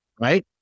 Right